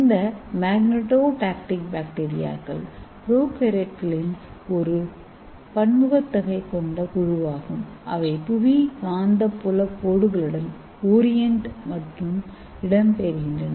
இந்த மாக்னடோடாக்டிக் பாக்டீரியாக்கள் புரோகாரியோட்களின் ஒரு பன்முகத்தன்மை கொண்ட குழுவாகும் அவை புவி காந்தப்புலக் கோடுகளுடன் ஓரியண்ட் மற்றும் இடம்பெயர்கின்றன